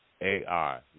AI